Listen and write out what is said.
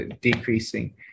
decreasing